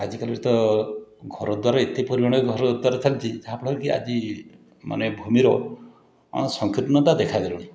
ଆଜିକାଲି ତ ଘରଦ୍ଵାର ଏତେ ପରିମାଣରେ ଘରଦ୍ୱାର ଚାଲିଛି ଯାହାଫଳରେକି ଆଜି ମାନେ ଭୂମିର ଅଣସଂକୀର୍ଣ୍ଣତା ଦେଖା ଦେଲେଣି